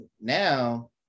now